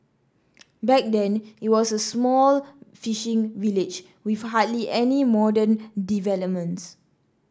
back then it was an small fishing village with hardly any modern developments